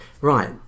right